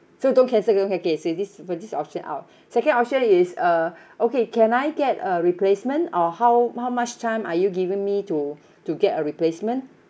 so don't cancel don't can~ okay this for this option out second option is uh okay can I get a replacement or how how much time are you giving me to to get a replacement